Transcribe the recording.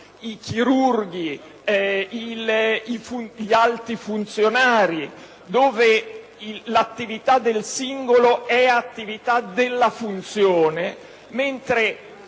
i chirurghi, gli alti funzionari - nel caso in cui l'attività del singolo è attività della funzione, mentre